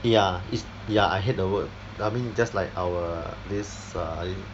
ya it's ya I hate the word I mean just like our this uh I mean